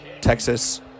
Texas